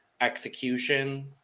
Execution